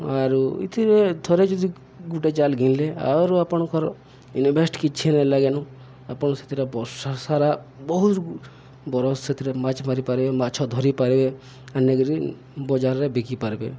ଆରୁ ଏଇଥିରେ ଥରେ ଯଦି ଗୁଟେ ଜାଲ ଘିନଲେ ଆଉରୁ ଆପଣଙ୍କର ଇନଭେଷ୍ଟ କିଛି ନେ ଲାଗେନୁ ଆପଣ ସେଥିରେ ବର୍ଷା ସାରା ବହୁତ ବରଷ ସେଥିରେ ମାଛ ମାରି ପାରିବେ ମାଛ ଧରିପାରିବେ ଆନିକରି ବଜାରରେ ବିକି ପାରିବେ